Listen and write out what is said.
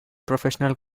professional